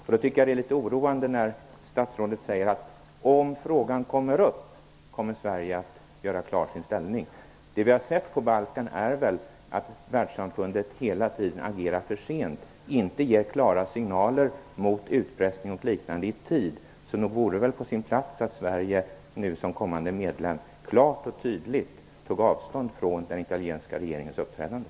Jag tycker att det är litet oroande att statsrådet säger att Sverige kommer att göra sin ställning klar, om frågan kommer upp. Det vi har sett på Balkan är väl att världssamfundet hela tiden agerar för sent, att man inte ger klara signaler mot utpressning och liknande i tid? Nog vore det på sin plats att Sverige som kommande medlem klart och tydligt tar avstånd från den italienska regeringens uppträdande?